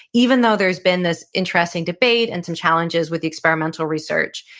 even though there's been this interesting debate and some challenges with the experimental research.